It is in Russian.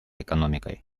экономикой